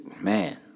Man